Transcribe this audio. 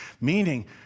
Meaning